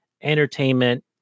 entertainment